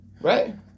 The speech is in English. Right